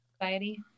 Society